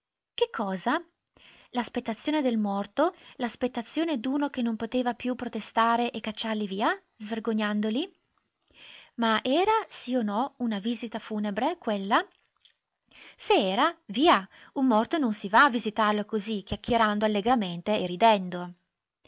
che cosa l'aspettazione del morto l'aspettazione d'uno che non poteva più protestare e cacciarli via svergognandoli ma era sì o no una visita funebre quella se era via un morto non si va a visitarlo così chiacchierando allegramente e ridendo